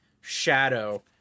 shadow